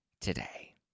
today